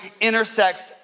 intersects